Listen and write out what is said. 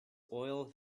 oil